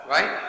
Right